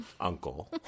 uncle